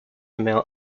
amount